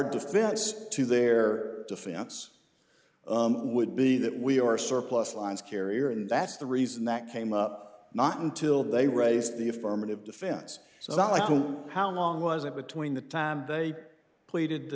defense to their defense would be that we are surplus lines carrier and that's the reason that came up not until they raised the affirmative defense so that i don't know how long was it between the time they pleaded the